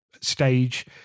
stage